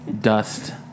dust